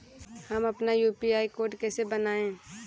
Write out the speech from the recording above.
हम अपना UPI code कैसे बनाएँ?